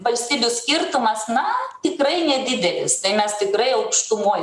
valstybių skirtumas na tikrai nedidelis tai mes tikrai aukštumoj